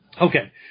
Okay